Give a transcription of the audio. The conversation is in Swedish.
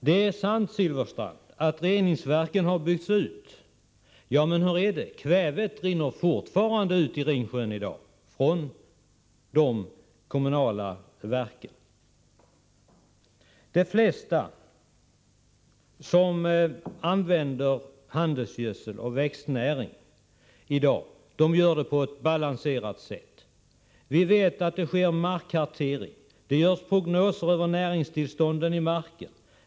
Det är sant, Bengt Silfverstrand, att reningsverken byggts ut, men kvävet rinner fortfarande ut i Ringsjön från de kommunala verken. De flesta som använder handelsgödsel och växtnäring gör det på ett balanserat sätt. Vi vet att det sker markkarteringar och görs prognoser över näringsbehovet i marken.